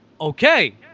Okay